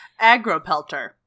Agropelter